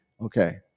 Okay